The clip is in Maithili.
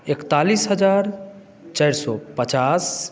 एकतालीस हजार चारि सए पचास